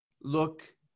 look